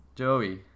Joey